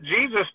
Jesus